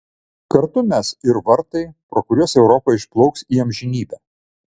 kartu mes ir vartai pro kuriuos europa išplauks į amžinybę